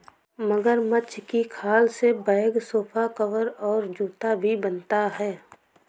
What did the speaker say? मगरमच्छ के खाल से बैग सोफा कवर और जूता भी बनता है